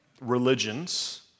religions